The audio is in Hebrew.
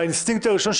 באינסטינקט הראשון,